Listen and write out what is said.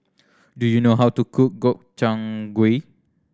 do you know how to cook Gobchang Gui